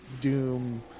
Doom